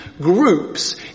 groups